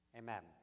amen